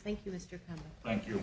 thank you thank you